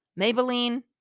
Maybelline